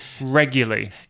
regularly